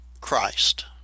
Christ